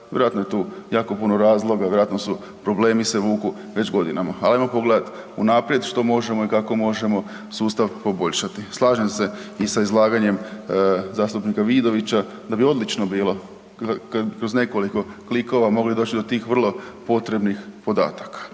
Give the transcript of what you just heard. vjerojatno je tu jako puno razloga, vjerojatno se problemi vuku već godinama. Ali ajmo pogledati unaprijed što možemo i kako možemo sustav poboljšati. Slažem se i sa izlaganjem zastupnika Vidovića da bi odlično bilo da bi kroz nekoliko klikova mogli doć do tih vrlo potrebnih podataka.